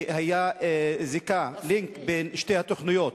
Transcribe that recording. והיתה זיקה, link, בין שתי התוכניות.